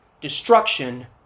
destruction